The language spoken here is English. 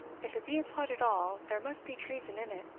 if it be a plot at all, there must be treason in it,